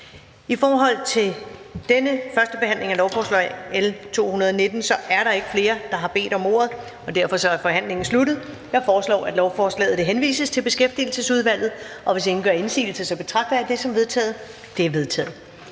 angår denne første behandling af lovforslag L 219, er der ikke flere, der har bedt om ordet, og derfor er forhandlingen sluttet. Jeg foreslår, at lovforslaget henvises til Beskæftigelsesudvalget. Og hvis ingen gør indsigelse, betragter jeg det som vedtaget. Det er vedtaget.